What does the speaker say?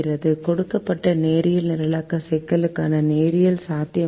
கொடுக்கப்பட்ட நேரியல் நிரலாக்க சிக்கலுக்கான நேரியல் சாத்தியமற்றது